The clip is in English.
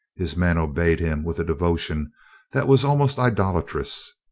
his men obeyed him with a devotion that was almost idolatrous.